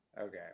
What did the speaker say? okay